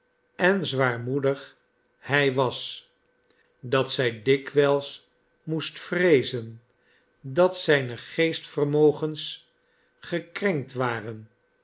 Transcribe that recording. en zwaarmoedig hij was dat zij dikwijls moest vreezen dat zijne geestvermogens gekrenkt waren